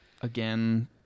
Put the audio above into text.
again